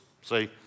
See